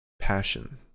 passion